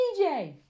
DJ